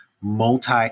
multi